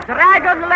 Dragon